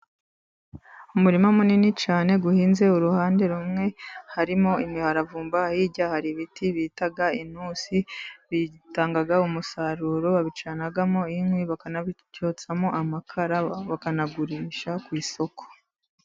Umurima munini cyane uhinze, uruhande rumwe harimo imiravumba, hirya hari ibiti bita intusi bitanga umusaruro, babicanamo inkwi bakanabyotsamo amakara, bakanagurisha ku isoko.